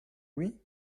oui